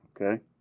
okay